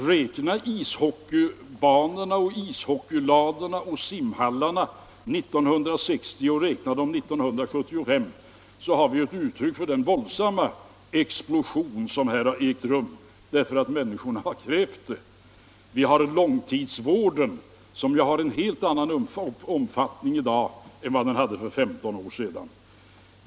Räkna ishockeybanorna, ishockeyladorna och simhallarna 1960 och räkna dem 1975! Där har vi ett uttryck för den våldsamma explosion som har ägt rum därför att människorna har krävt det. Vi har långtidsvården, som har en helt annan omfattning i dag än den hade för 15 år sedan.